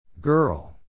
Girl